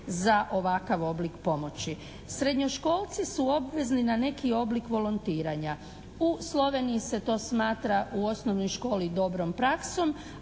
za ovakav oblik pomoći. Srednjoškolci su obvezni na neki oblik volontiranja. U Sloveniji se to smatra u osnovnoj školi dobrom praksom,